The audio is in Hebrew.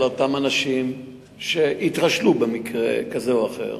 אותם אנשים שהתרשלו במקרה כזה או אחר,